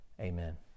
amen